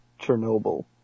Chernobyl